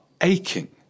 aching